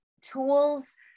tools